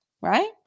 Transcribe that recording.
right